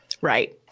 Right